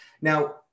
Now